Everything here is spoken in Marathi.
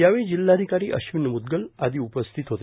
यावेळी जिल्हाधिकारी अश्विन मुदगल आदी उपस्थित होते